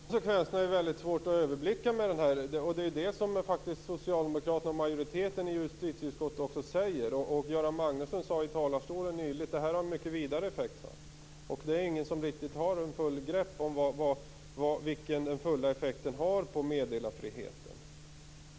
Fru talman! De fulla konsekvenserna är väldigt svåra att överblicka, och det är ju det som också socialdemokraterna och majoriteten i justitieutskottet faktiskt säger. Göran Magnusson sade nyss i talarstolen att detta har en mycket vidare effekt. Det är ingen som har något totalt grepp över vilken den fulla effekten för meddelarfriheten detta har.